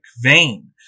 vain